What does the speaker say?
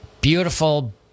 Beautiful